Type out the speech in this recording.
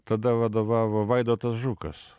tada vadovavo vaidotas žukas